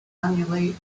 annually